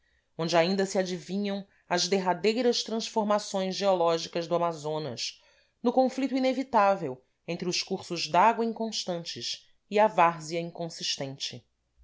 onde ainda se adivinham as derradeiras transformações geológicas do amazonas no conflito inevitável entre os cursos dágua inconstantes e a várzea inconsistente